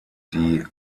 die